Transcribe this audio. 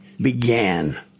began